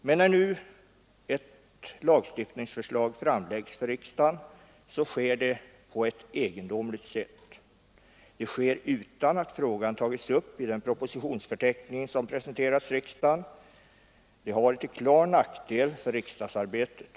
Men när nu ett lagstiftningsförslag framläggs för riksdagen sker det på ett egendomligt sätt. Det sker utan att frågan har tagits upp i den propositionsförteckning som presenterats riksdagen, vilket har varit till klar nackdel för riksdagsarbetet.